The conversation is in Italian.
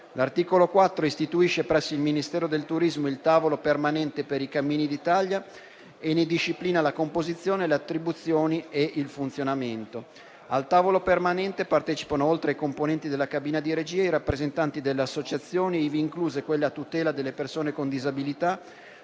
L'articolo 4 istituisce, presso il Ministero del turismo, il tavolo permanente per i cammini d'Italia e ne disciplina la composizione, le attribuzioni e il funzionamento. Al tavolo permanente partecipano, oltre ai componenti della cabina di regia, i rappresentanti delle associazioni, ivi incluse quelle a tutela delle persone con disabilità,